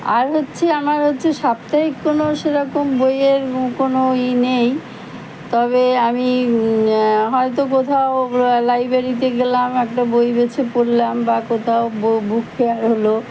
আর হচ্ছে আমার হচ্ছে সাপ্তাহিক কোনও সেরকম বইয়ের কোনও ই নেই তবে আমি হয়তো কোথাও লাইব্রেরিতে গেলাম একটা বই বেছে পড়লাম বা কোথাও বুক ফেয়ার হল